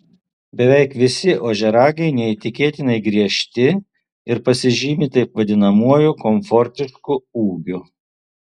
beveik visi ožiaragiai neįtikėtinai griežti ir pasižymi taip vadinamuoju komfortišku ūgiu